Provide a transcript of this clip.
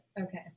Okay